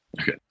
Okay